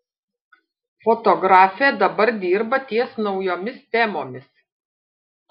fotografė dabar dirba ties naujomis temomis